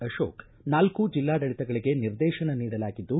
ಅಶೋಕ ನಾಲ್ಕೂ ಜಿಲ್ಲಾಡಳಿತಗಳಿಗೆ ನಿರ್ದೇಶನ ನೀಡಲಾಗಿದ್ದು